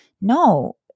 no